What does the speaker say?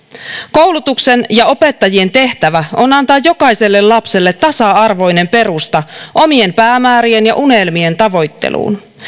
koulutuksen ja opettajien tehtävä on antaa jokaiselle lapselle tasa arvoinen perusta omien päämäärien ja unelmien tavoitteluun